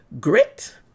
Grit